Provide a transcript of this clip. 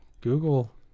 Google